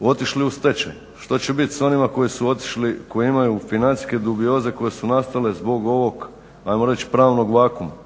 otišli u stečaj, što će biti sa onima koji su otišli, koji imaju financijerske dubioze koje su nastale zbog ovog ajmo reć pravnog vakuuma.